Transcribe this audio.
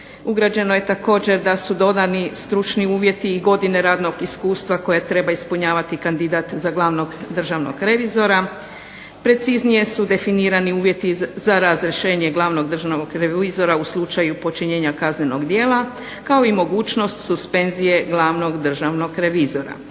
Ugrađeno je također da su dodani stručni uvjeti i godine radnog iskustva koje treba ispunjavati kandidat za Glavnog državnog revizora, preciznije su definirani uvjeti za razrješenje Glavnog državnog revizora u slučaju počinjenja kaznenog djela kao i mogućnost suspenzije Glavnog državnog revizora.